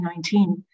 2019